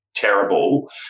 terrible